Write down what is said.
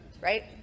right